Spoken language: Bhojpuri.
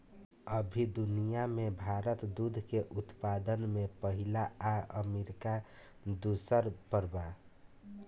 अभी दुनिया में भारत दूध के उत्पादन में पहिला आ अमरीका दूसर पर बा